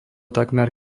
takmer